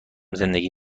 زندگی